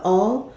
all